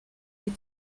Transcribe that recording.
des